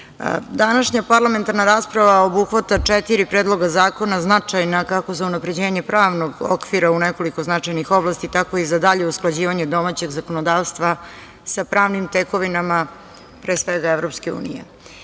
čega. Današnja parlamentarna rasprava obuhvata četiri predloga zakona značajna kako za unapređenje pravnog okvira u nekoliko značajnih oblasti, tako i za dalje usklađivanje domaćeg zakonodavstva sa pravnim tekovinama, pre svega EU.Na dnevnom